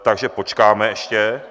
Takže počkáme ještě.